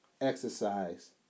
exercise